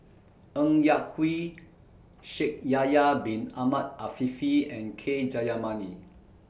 Ng Yak Whee Shaikh Yahya Bin Ahmed Afifi and K Jayamani